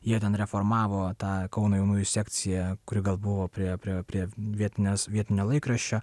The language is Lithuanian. jie ten reformavo tą kauno jaunųjų sekciją kuri gal buvo prie prie prie vietinės vietinio laikraščio